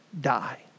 die